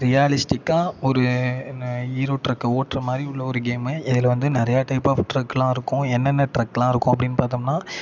ரியலிஸ்டிக்கா ஒரு என்ன ஹீரோ டிரக்கை ஓட்டுற மாதிரி உள்ள ஒரு கேமு இதில் வந்து நிறையா டைப் ஆஃப் டிரக்லாம் இருக்கும் என்னென்ன டிரக்லாம் இருக்கும் அப்படின்னு பாத்தோம்னா